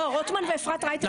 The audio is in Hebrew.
רוטמן ואפרת רייטן.